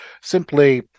simply